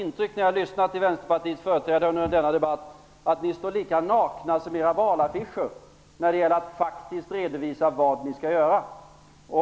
När jag lyssnar till Vänsterpartiets företrädare under denna debatt får jag ett intryck av att ni står lika nakna som era valaffischer när det gäller att faktiskt redovisa vad ni skall göra.